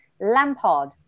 Lampard